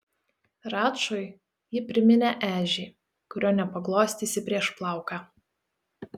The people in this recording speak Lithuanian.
račui ji priminė ežį kurio nepaglostysi prieš plauką